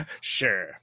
Sure